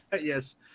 Yes